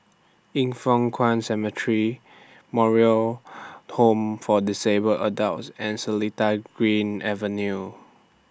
Yin Foh Kuan Cemetery Moral Home For Disabled Adults and Seletar Green Avenue